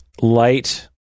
light